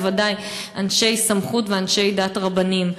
בוודאי ובוודאי אנשי סמכות ואנשי דת, רבנים.